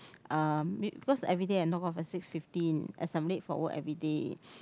um maybe cause everyday I knock off at six fifteen as I'm late for work everyday